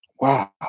Wow